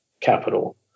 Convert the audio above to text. capital